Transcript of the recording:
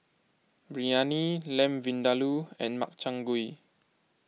Biryani Lamb Vindaloo and Makchang Gui